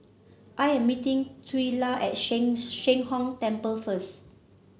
I am meeting Twila at Sheng Sheng Hong Temple first